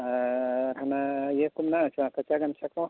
ᱟᱨ ᱦᱟᱱᱟ ᱤᱭᱟᱹ ᱠᱚ ᱢᱮᱱᱟᱜᱼᱟ ᱥᱮ ᱵᱟᱝ ᱠᱟᱪᱟ ᱜᱟᱢᱪᱷᱟ ᱠᱚ